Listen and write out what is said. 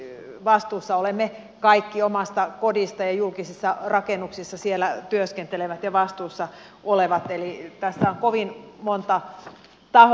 eli vastuussa olemme kaikki omasta kodista ja julkisissa rakennuksissa siellä työskentelevät ja vastuussa olevat eli tässä on kovin monta tahoa